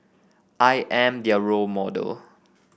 I am their role model